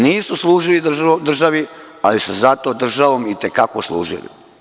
Nisu služili državi, ali su zato državom i te kako služili.